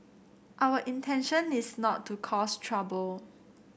our intention is not to cause trouble